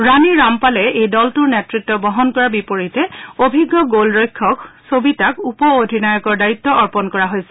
ৰাণী ৰামপালে এই দলটোৰ নেতৃত্ব বহন কৰাৰ বিপৰীতে অভিজ্ঞ গোলৰক্ষক সবিতাক উপ অধিনায়কৰ দায়িত্ব অৰ্গন কৰা হৈছে